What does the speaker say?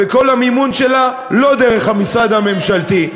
וכל המימון שלה הוא לא דרך המשרד הממשלתי.